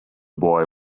boy